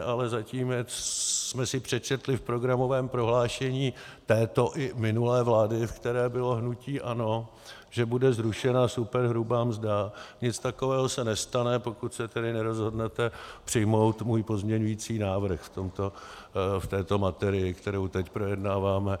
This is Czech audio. Ale zatím, jak jsme si přečetli v programovém prohlášení této i minulé vlády, ve které bylo hnutí ANO, že bude zrušena superhrubá mzda, nic takového se nestane, pokud se tedy nerozhodnete přijmout můj pozměňující návrh v této materii, kterou teď projednáváme.